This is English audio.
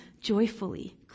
joyfully